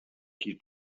qui